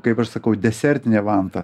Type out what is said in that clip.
kaip aš sakau desertinė vanta